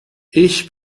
ich